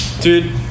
Dude